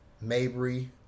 Mabry